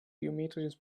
geometrisches